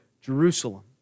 Jerusalem